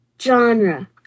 genre